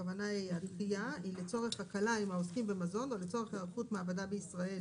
הקלה עם העוסקים במזון או לצורך היערכות מעבדה בישראל